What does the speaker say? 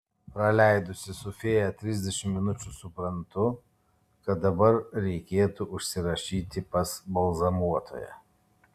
praleidusi su fėja trisdešimt minučių suprantu kad dabar reikėtų užsirašyti pas balzamuotoją